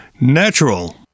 natural